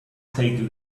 take